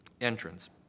entrance